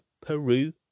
Peru